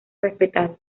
respetado